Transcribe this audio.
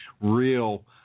real